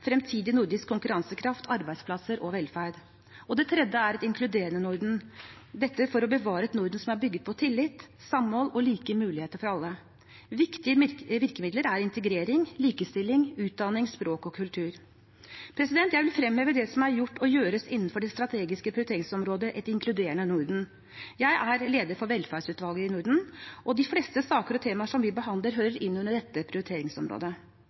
fremtidig nordisk konkurransekraft, arbeidsplasser og velferd. Et inkluderende Norden: Dette er for å bevare et Norden som er bygget på tillit, samhold og like muligheter for alle. Viktige virkemidler er integrering, likestilling, utdanning, språk og kultur. Jeg vil fremheve det som er gjort og gjøres innenfor det strategiske prioriteringsområdet et inkluderende Norden. Jeg er leder for velferdsutvalget i Norden, og de fleste saker og temaer som vi behandler, hører inn under dette prioriteringsområdet.